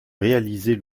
réaliser